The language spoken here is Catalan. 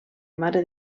mare